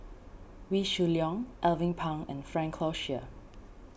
Wee Shoo Leong Alvin Pang and Frank Cloutier